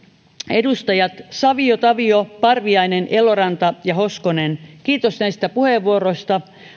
edustajat savio tavio parviainen eloranta ja hoskonen kiitos näistä puheenvuoroista